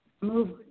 move